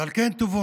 ועל כן תבורכו.